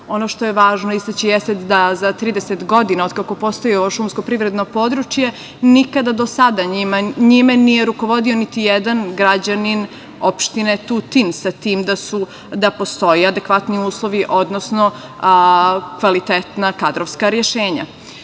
što je važno istaći jeste da za 30 godina, od kako postoji ovo šumsko privredno područja, nikada do sada njime nije rukovodio niti jedan građanin opštine Tutin, s tim da postoje adekvatni uslovi, odnosno kvalitetna kadrovska rešenja. Šumska